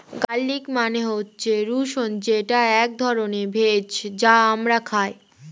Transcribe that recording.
garlic মানে হচ্ছে রসুন যেটা এক ধরনের ভেষজ যা আমরা খাই